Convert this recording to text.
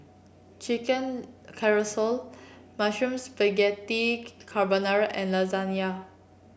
Chicken Casserole Mushroom Spaghetti Carbonara and Lasagna